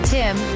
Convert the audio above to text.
Tim